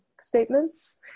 statements